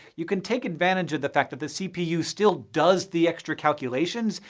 you can take advantage of the fact that the cpu still does the extra calculations,